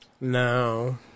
No